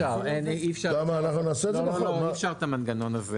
אי אפשר את המנגנון הזה.